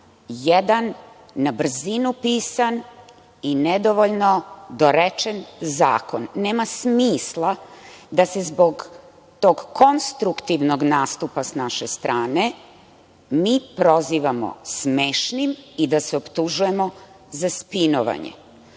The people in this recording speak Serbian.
jedan na brzinu pisan i nedovoljno dorečen zakon. Nema smisla da se zbog tog konstruktivnog nastupa s naše strane, mi prozivamo smešnim i da se optužujemo za spinovanje. Znači,